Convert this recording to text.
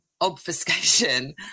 obfuscation